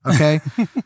Okay